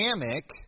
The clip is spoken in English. dynamic